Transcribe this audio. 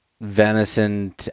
venison